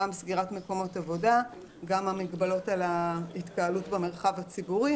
כולל סגירת מקומות עבודה וכולל מגבלות על התקהלות במרחב הציבורי